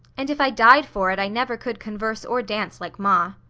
and if i died for it, i never could converse or dance like ma.